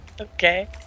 okay